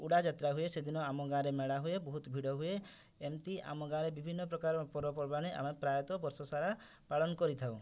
ଉଡ଼ା ଯାତ୍ରା ହୁଏ ସେଦିନ ଆମ ଗାଁରେ ମେଳା ହୁଏ ବହୁତ ଭିଡ଼ ହୁଏ ଏମିତି ଆମ ଗାଁରେ ବିଭିନ୍ନ ପ୍ରକାର ପର୍ବପର୍ବାଣୀ ଆମେ ପ୍ରାୟତଃ ବର୍ଷ ସାରା ପାଳନ କରିଥାଉ